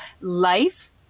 life